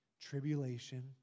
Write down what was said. tribulation